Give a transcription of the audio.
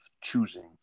choosing